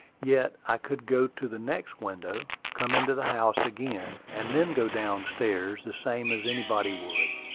yet i could go to the next window, come into the house again, and then go down-stairs, the same as anybody would.